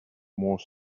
more